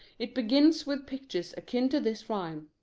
it begins with pictures akin to this rhyme.